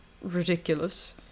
ridiculous